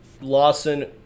Lawson